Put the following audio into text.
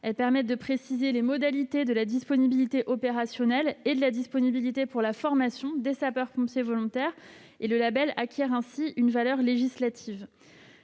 permettent de préciser les modalités de la disponibilité opérationnelle et de la disponibilité pour la formation des sapeurs-pompiers volontaires. Le label acquiert ainsi une valeur législative.